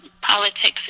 politics